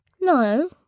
No